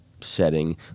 setting